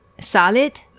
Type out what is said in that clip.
solid